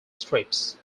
strips